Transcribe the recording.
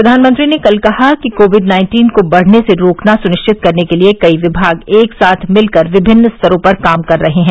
प्रधानमंत्री ने कल कहा कि कोविड नाइन्टीन को बढने से रोकना सुनिश्चित करने के लिए कई विभाग एक साथ मिलकर विभिन्न स्तरों पर काम कर रहे हैं